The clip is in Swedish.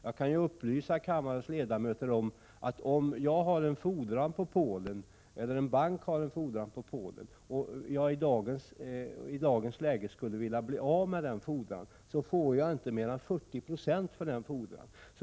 Jag kan upplysa kammarens ledamöter om att om jag eller en bank har en fordran på Polen som vi i dagens läge skulle vilja bli av med, så får vi inte mer än 40 960 av denna fordran.